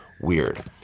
weird